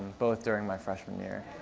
both during my freshman year.